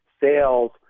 sales